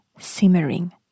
simmering